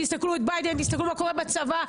תסתכלו על ביידן, תסתכלו על מה שקורה בצבא.